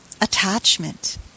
attachment